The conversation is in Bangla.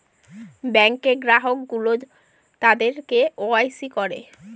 ব্যাঙ্কে গ্রাহক গুলো তাদের কে ওয়াই সি করে